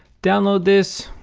download this,